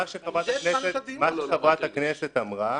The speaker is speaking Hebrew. מה שחברת הכנסת אמרה,